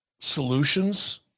solutions